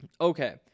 Okay